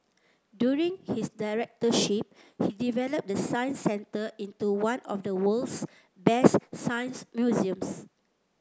during his directorship he developed the Science Centre into one of the world's best science museums